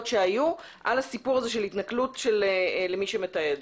שהיו על הסיפור של התנכלות של מי שמתעד.